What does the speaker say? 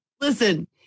Listen